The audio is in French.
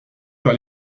par